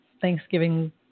Thanksgiving